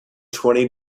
twenty